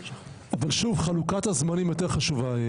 שוב, חלוקת הזמנים יותר חשובה.